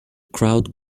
crowd